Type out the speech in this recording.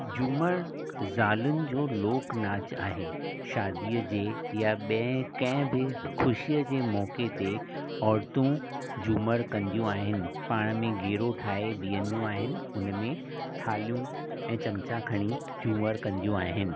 झूमरि ज़ालुंनि जो लोकुनाच आहे शादीअ जे या ॿिए कंहिं बि ख़ुशीअ जे मौक़े ते औरतूं झूमरि कंदियूं आहिनि पाण में घेरो ठाहे बीहंदियूं आहिनि उनमें थालियूं ऐं चिमचा खणी झूमरि कंदियूं आहिनि